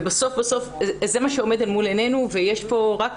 ובסוף בסוף זה מה שעומד אל מול עינינו ויש פה רק